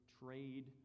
trade